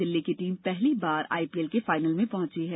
दिल्ली की टीम पहली बार आईपीएल के फाइनल में पहुंची है